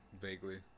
Vaguely